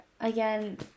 again